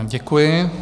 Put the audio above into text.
Děkuji.